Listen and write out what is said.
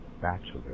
Bachelor